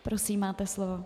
Prosím, máte slovo.